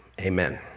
amen